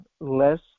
less